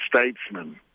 statesman